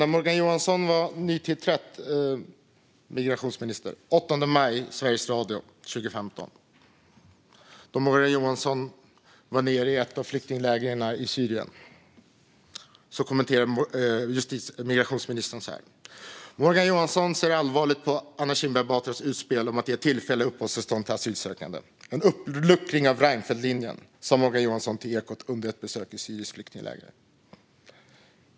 När Morgan Johansson var nytillträdd migrationsminister var han nere i ett av flyktinglägren i Syrien, och Sveriges Radio kommenterade det så här den 8 maj 2015: "Morgan Johansson . ser allvarligt på Anna Kinberg Batras . utspel om att ge tillfälliga uppehållstillstånd till asylsökande. En uppluckring av Reinfeldt-linjen, sa Morgan Johansson till Ekot under ett besök i ett syriskt flyktingläger."